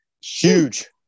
huge